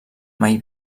mai